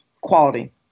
quality